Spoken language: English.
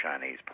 Chinese